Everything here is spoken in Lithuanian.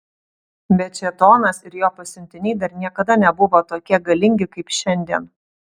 bet šėtonas ir jo pasiuntiniai dar niekada nebuvo tokie galingi kaip šiandien